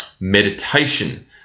meditation